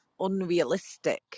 unrealistic